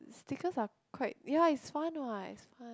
stickers are quite ya it's fun what it's fun